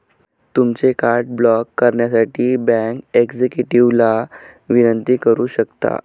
तुमचे card block करण्यासाठी bank एक्झिक्युटिव्हला विनंती करू शकता